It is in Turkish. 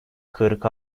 kırk